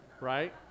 right